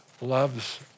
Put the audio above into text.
loves